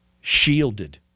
shielded